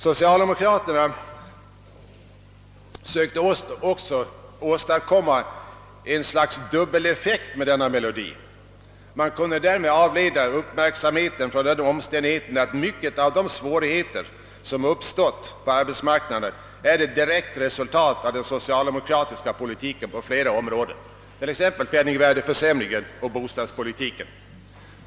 Socialdemokraterna «sökte =:också åstadkomma ett slags dubeleffekt med denna melodi. Man kunde därigenom avleda uppmärksamheten från = att många av de svårigheter som uppstått på arbetsmarknaden är ett direkt resultat av den socialdemokratiska politiken på flera områden, t.ex. penningvärdeförsämringen och = bostadspolitiken.